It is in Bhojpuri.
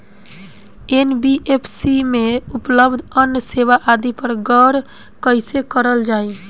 एन.बी.एफ.सी में उपलब्ध अन्य सेवा आदि पर गौर कइसे करल जाइ?